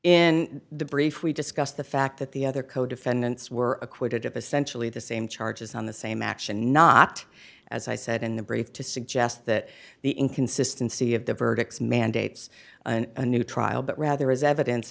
in the brief we discussed the fact that the other co defendants were acquitted of essentially the same charges on the same action not as i said in the brief to suggest that the inconsistency of the verdicts mandates and a new trial but rather as evidence